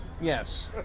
Yes